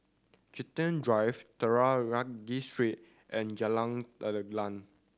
Chiltern Drive Street and Jalan